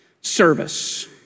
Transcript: service